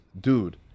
dude